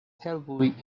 terribly